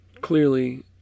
clearly